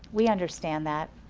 we understand that.